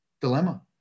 dilemma